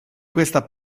questa